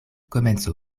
komenco